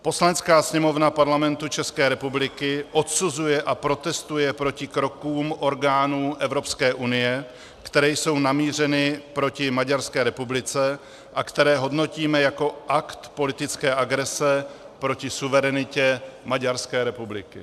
Poslanecká sněmovna Parlamentu České republiky odsuzuje a protestuje proti krokům orgánů Evropské unie, které jsou namířeny proti Maďarské republice a které hodnotíme jako akt politické agrese proti suverenitě Maďarské republiky.